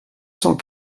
cent